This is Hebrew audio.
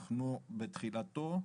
ואנחנו בתחילתו,